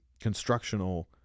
constructional